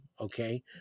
okay